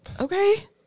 Okay